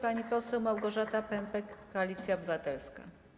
Pani poseł Małgorzata Pępek, Koalicja Obywatelska.